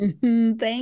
Thank